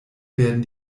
werden